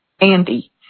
Andy